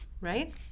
right